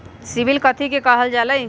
CIBIL कथि के काहल जा लई?